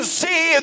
see